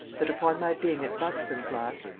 that upon my being at buckstones last,